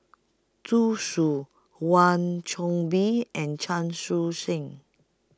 Zhu Xu Wan Soon Bee and Chan Chun Sing